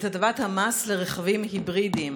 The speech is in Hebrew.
את הטבת המס על רכבים היברידיים.